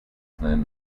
than